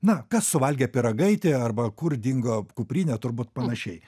na kas suvalgė pyragaitį arba kur dingo kuprinė turbūt panašiai